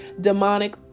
demonic